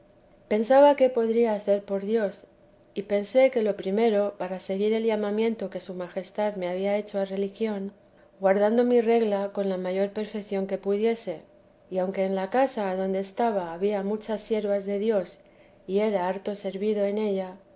pensaba qué podría hacer por dios y pensé que lo primero era seguir el llamamiento que su majestad me había hecho a la religión guardando mi regla con la mayor perfección que pudiese y aunque en la casa donde estaba había muchas siervas de dios y era harto servido en ella